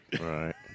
Right